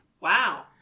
Wow